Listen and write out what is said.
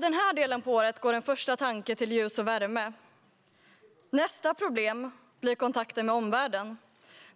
Den här delen på året går den första tanken till ljus och värme. Nästa problem blir kontakten med omvärlden.